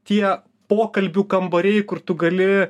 tie pokalbių kambariai kur tu gali